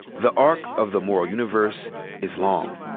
the arc of the moral universe is long,